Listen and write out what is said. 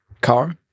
car